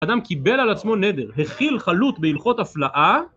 אדם קיבל על עצמו נדר, החיל חלות בהלכות הפלאה